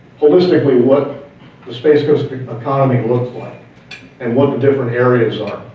holistically what the space coast economy looks like and what the different areas are,